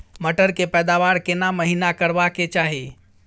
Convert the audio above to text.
मटर के पैदावार केना महिना करबा के चाही?